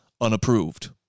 unapproved